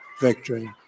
victory